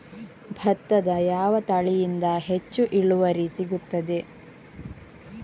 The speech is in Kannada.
ಭತ್ತದ ಯಾವ ತಳಿಯಿಂದ ಹೆಚ್ಚು ಇಳುವರಿ ಸಿಗುತ್ತದೆ?